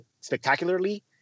spectacularly